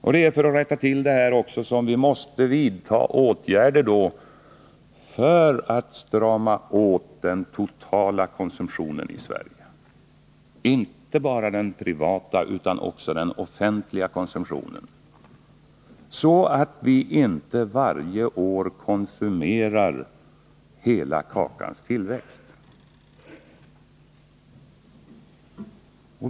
Det är också för att rätta till detta som vi måste vidta åtgärder för att strama åt den totala konsumtionen i Sverige — inte bara den privata utan också den offentliga — så att vi inte varje år konsumerar hela tillväxten.